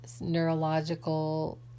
neurological